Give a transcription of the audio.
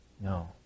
No